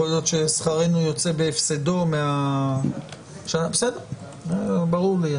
יכול להיות ששכרנו יוצא בהפסדו, ברור לי.